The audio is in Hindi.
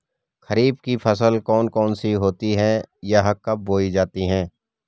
खरीफ की फसल कौन कौन सी होती हैं यह कब बोई जाती हैं?